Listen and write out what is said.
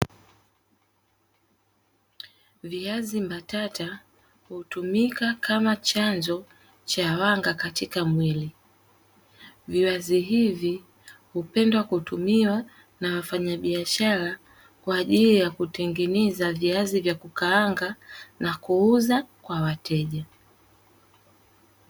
Viazi mbatata hutumika kama chanzo cha wanga katika mwili, viazi hupenda kutumiwa na wafanya biashara kwa ajili ya kutengeneza viazi vya kukaanga, na kuuza kwa wateja.